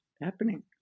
happening